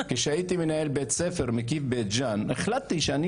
כשהייתי מנהל בית ספר מקיף בית ג'אן החלטתי שאני